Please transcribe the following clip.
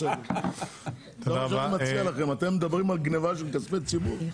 אתם מדברים על גניבת כספי ציבור?